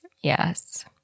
Yes